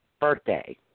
birthday